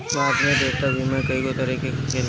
भारत में देयता बीमा कइगो तरह के होखेला